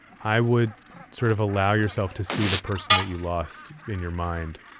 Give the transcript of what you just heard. i would sort of allow yourself to see the person that you lost in your mind,